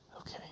Okay